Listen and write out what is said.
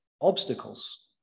obstacles